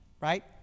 Right